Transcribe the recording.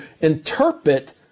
interpret